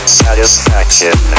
satisfaction